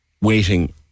waiting